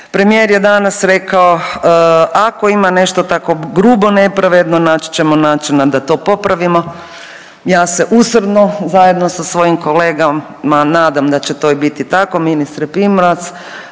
Premijer je danas rekao ako ima nešto tako grubo nepravedno naći ćemo načina da to popravimo. Ja se usrdno zajedno sa svojim kolegama nadam da će to i biti tako ministre Primorac.